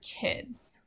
kids